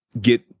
get